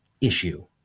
issue